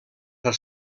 per